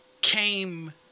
came